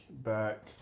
back